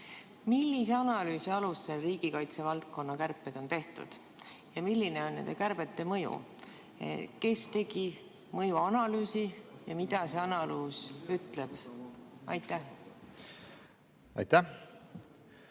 Millise analüüsi alusel riigikaitse valdkonna kärped on tehtud ja milline on nende kärbete mõju? Kes tegi mõjuanalüüsi ja mida see analüüs ütleb? Aitäh,